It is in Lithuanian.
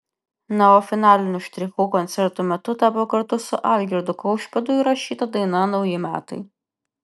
na o finaliniu štrichu koncerto metu tapo kartu su algirdu kaušpėdu įrašyta daina nauji metai